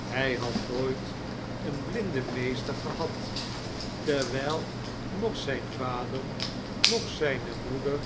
hq had nooit een blinden meester gehad terwijl noch zijn vader noch zijne moeder